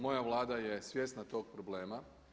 Moja Vlada je svjesna tog problema.